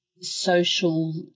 social